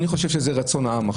אני חושב שזה רצון העם.